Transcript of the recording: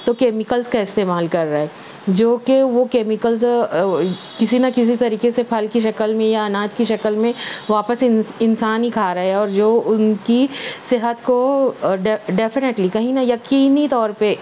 تو کیمیکلس کا استعمال کر رہا ہے جو کہ وہ کیمیکلز کسی نہ کسی طریقے سے پھل کی شکل میں یا اناج کی شکل میں واپس ان انسان ہی کھا رہا ہے اور جو ان کی صحت کو ڈیفنیٹلی کہیں نہ یقینی طور پے